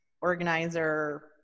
organizer